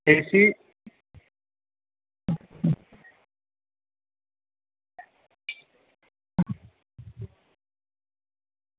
AC